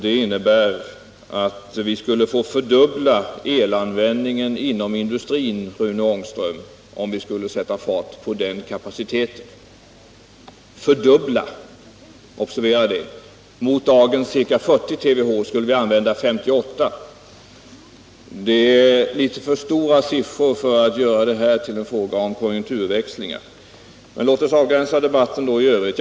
Det innebär att vi skulle få mångdubbla ökningen av elanvändningen inom industrin, Rune Ångström, om vi skulle sätta fart på den kapaciteten. Mot dagens ca 40 TWh skulle vi använda 58 TWh. Det är litet för stora siffror för att göra detta till en fråga om konjunkturväxlingar. Men låt oss då avgränsa debatten i övrigt.